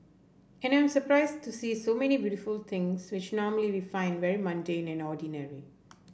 and I'm surprised to see so many beautiful things which normally we find very mundane and ordinary